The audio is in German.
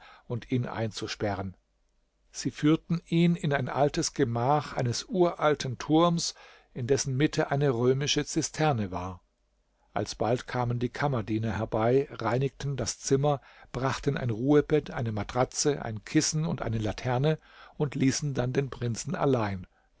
und ihn einzusperren sie führten ihn in ein altes gemach eines uralten turms in dessen mitte eine römische zisterne war alsbald kamen die kammerdiener herbei reinigten das zimmer brachten ein ruhebett eine matratze ein kissen und eine laterne und ließen dann den prinzen allein